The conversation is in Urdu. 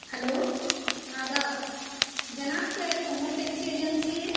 ہلو آداب جناب کیا یہ عمر ٹیکسی ایجنسی ہے